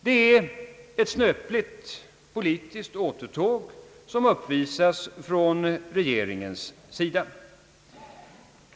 Det är ett snöpligt politiskt återtåg som regeringen företar.